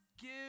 give